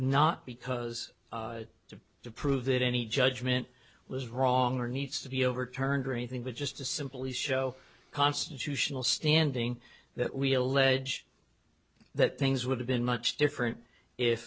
not because to to prove that any judgment was wrong or needs to be overturned or anything but just to simply show constitutional standing that we allege that things would have been much dif